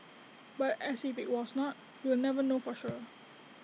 but as IT be was not we will never know for sure